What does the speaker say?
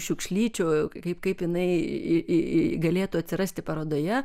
šiukšlyčių kaip kaip jinai galėtų atsirasti parodoje